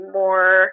more